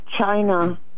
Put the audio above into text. China